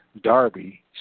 Darby